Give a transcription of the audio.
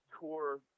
tour